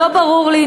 לא ברור לי.